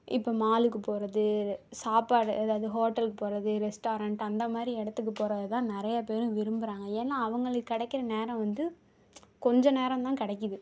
இப்போது மாலுக்கு போகிறது சாப்பாடு ஏதாவது ஹோட்டலுக்குப் போகிறது ரெஸ்டாரண்ட் அந்தமாதிரி இடத்துக்குப் போகிறது தான் நிறைய பேரும் விரும்புறாங்க ஏன்னா அவங்களுக்கு கிடைக்கிற நேரம் வந்து கொஞ்சம் நேரம் தான் கிடைக்குது